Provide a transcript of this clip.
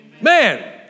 man